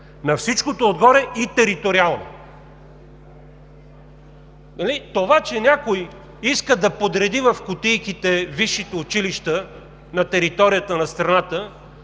на всичкото отгоре и териториално? Това, че някой иска да подреди в кутийките висшите училища на територията на страната,